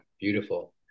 beautiful